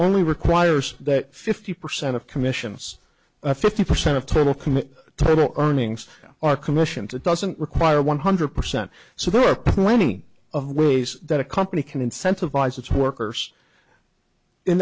only requires that fifty percent of commissions fifty percent of total commit total earnings are commissions it doesn't require one hundred percent so there are plenty of ways that a company can incentivize its workers in